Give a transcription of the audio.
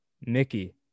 Mickey